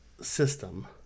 system